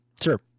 Sure